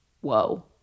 whoa